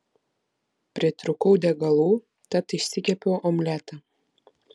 pritrūkau degalų tad išsikepiau omletą